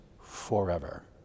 forever